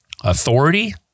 authority